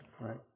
Right